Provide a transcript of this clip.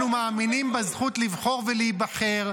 אנחנו מאמינים בזכות לבחור ולהיבחר.